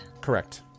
Correct